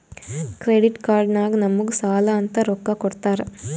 credit card ನಾಗ್ ನಮುಗ್ ಸಾಲ ಅಂತ್ ರೊಕ್ಕಾ ಕೊಡ್ತಾರ್